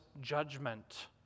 judgment